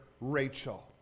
Rachel